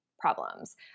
problems